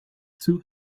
two